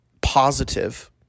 positive